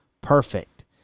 perfect